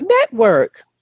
network